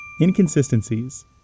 Inconsistencies